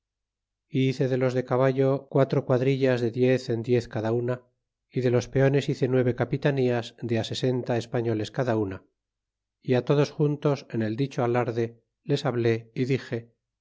y hice de los de caballo quatro quadr has de diez en diez cada lina y de los peones hice nueve capitanias de sesenta espail les cada una y todosjuntos en el dicho alarde les h bé y dixe